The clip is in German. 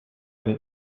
eine